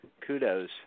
kudos